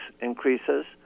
increases